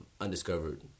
undiscovered